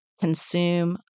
consume